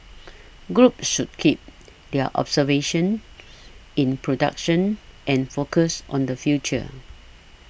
groups should keep their observances in production and focused on the future